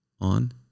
on